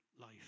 life